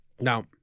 now